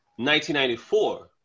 1994